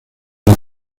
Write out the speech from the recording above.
las